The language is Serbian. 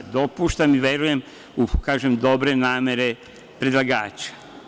Dopuštam i verujem, kažem u dobre namere predlagača.